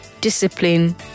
discipline